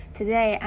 Today